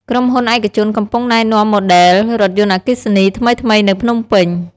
ក្រុមហ៊ុនឯកជនកំពុងណែនាំម៉ូដែល រថយន្តអគ្គីសនី ថ្មីៗនៅភ្នំពេញ។